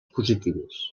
positives